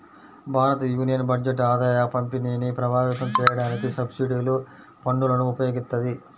భారతయూనియన్ బడ్జెట్ ఆదాయపంపిణీని ప్రభావితం చేయడానికి సబ్సిడీలు, పన్నులను ఉపయోగిత్తది